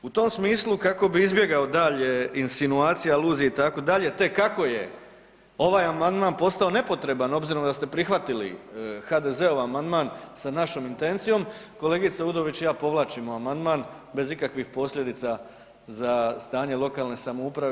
U tom smislu kako bi izbjegao dalje insinuacije, aluzije itd. te kako je ovaj amandman postao nepotreban obzirom da ste prihvatili HDZ-ov amandman sa našom intencijom, kolegica Udović i ja povlačimo amandman bez ikakvih posljedica za stanje lokalne samouprave.